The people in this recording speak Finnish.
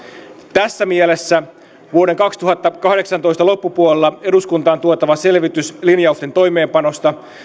tässä mielessä vuoden kaksituhattakahdeksantoista loppupuolella eduskuntaan tuotava selvitys linjausten toimeenpanosta